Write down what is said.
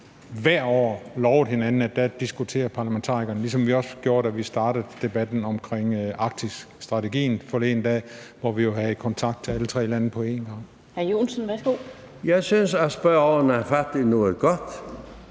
at vi lovede hinanden, at hvert år diskuterede parlamentarikerne, ligesom vi også gjorde det, da vi startede debatten omkring arktisstrategien forleden dag, hvor vi jo havde kontakt til alle tre lande på en gang. Kl. 21:10 Den fg. formand